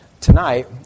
tonight